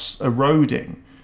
eroding